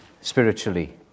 spiritually